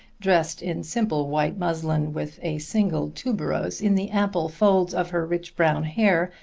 dressed in simple white muslin, with a single tuberose in the ample folds of her rich brown hair,